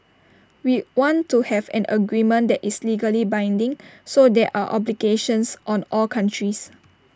we want to have an agreement that is legally binding so there are obligations on all countries